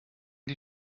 die